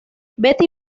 betty